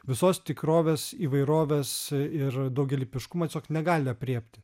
visos tikrovės įvairovės ir daugialypiškumo tiesiog negali aprėpti